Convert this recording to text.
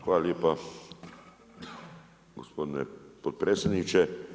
Hvala lijepo gospodine potpredsjedniče.